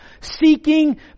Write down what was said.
seeking